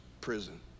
prison